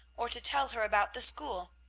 or to tell her about the school,